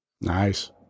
Nice